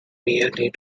merely